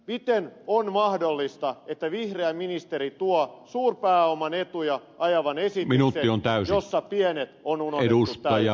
miten on mahdollista että vihreä ministeri tuo suurpääoman etuja ajavan esityksen jossa pienet on unohdettu täysin